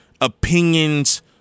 opinions